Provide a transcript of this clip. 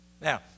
Now